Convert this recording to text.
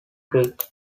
greek